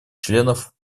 членов